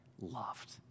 loved